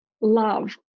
love